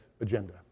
agenda